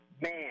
man